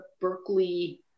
Berkeley